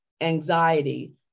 anxiety